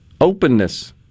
Openness